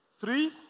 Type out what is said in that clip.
three